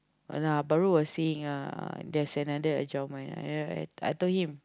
but uh Bau was saying ah there's another at your mind I told him